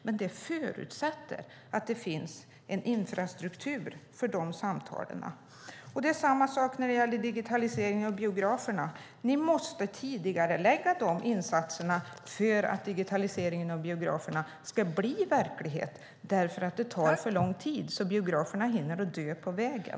Men det förutsätter att det finns en infrastruktur för de här samtalen. Det är samma sak när det gäller digitalisering av biograferna. Ni måste tidigarelägga de insatserna för att digitaliseringen av biograferna ska bli verklighet. Det tar för lång tid. Biograferna hinner dö på vägen.